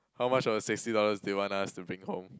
how much of the sixty dollars do you want us to bring home